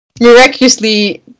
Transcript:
Miraculously